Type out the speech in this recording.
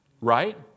Right